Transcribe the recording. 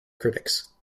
critics